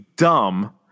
dumb